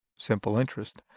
simple interest.